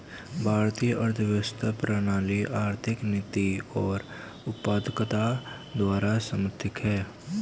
भारतीय अर्थव्यवस्था प्रणाली आर्थिक नीति और उत्पादकता द्वारा समर्थित हैं